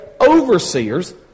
overseers